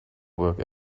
work